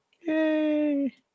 Yay